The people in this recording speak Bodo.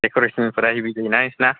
डेक'रेसनफोरा हेभि जायोना नोंसिना